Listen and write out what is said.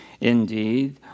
indeed